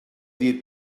dir